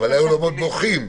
בעלי האולמות בוכים.